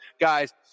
guys